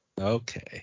Okay